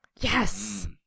Yes